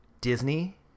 Disney